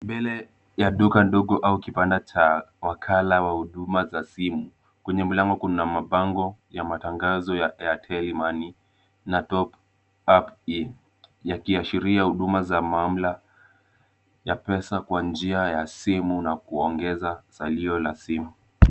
Mbele ya duka ndogo au kibanda cha wakala wa huduma za simu. Kwenye mlango kuna mabango ya matangazo ya Airtel Money na top up here yakiashiria huduma za muamala ya pesa kwa njia ya simu na kuongeza salio la simu.